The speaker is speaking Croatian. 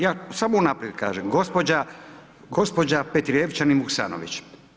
Ja samo unaprijed kažem, gđa Petrijevčanin VUksanović.